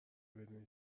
بدونی